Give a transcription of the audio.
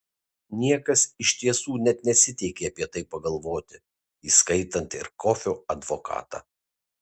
niekas iš tiesų net nesiteikė apie tai pagalvoti įskaitant ir kofio advokatą